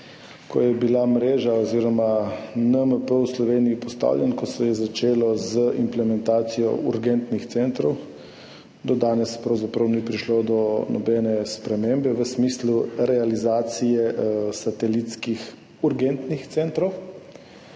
ko je bila mreža oziroma NMP v Sloveniji postavljen, ko se je začelo z implementacijo urgentnih centrov, do danes pravzaprav ni prišlo do nobene spremembe v smislu realizacije satelitskih urgentnih centrov.